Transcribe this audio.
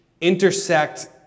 intersect